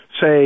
say